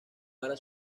para